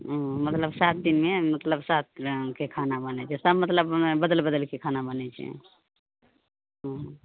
ओ मतलब सात दिनमे मतलब सात रङ्गके खाना बनै छै सब मतलब बदल बदलके खाना बनै छै ओ